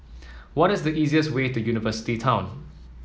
what is the easiest way to University Town